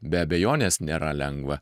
be abejonės nėra lengva